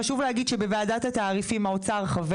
חשוב להגיד שבוועדת התעריפים האוצר חבר